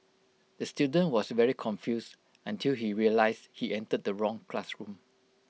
the student was very confused until he realised he entered the wrong classroom